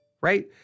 right